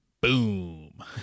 boom